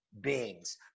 beings